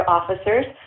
officers